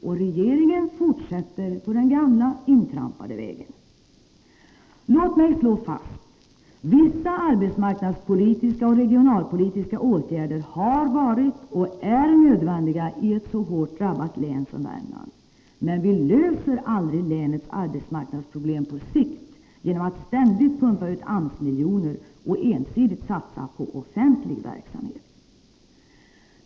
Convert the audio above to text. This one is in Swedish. Och regeringen fortsätter på den gamla intrampade vägen. Låt mig slå fast: Vissa arbetsmarknadspolitiska och regionalpolitiska åtgärder har varit och är nödvändiga i ett så hårt drabbat län som Värmland, men vi löser aldrig länets arbetsmarknadsproblem på sikt genom att ständigt pumpa ut AMS-miljoner och ensidigt satsa på offentlig verksamhet.